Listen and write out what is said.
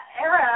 era